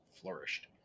flourished